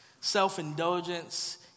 self-indulgence